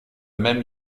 même